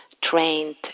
trained